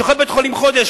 שוכב בבית-החולים חודש,